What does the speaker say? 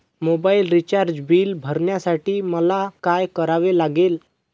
Mobile recharge bill भरण्यासाठी मला काय करावे लागेल?